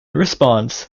response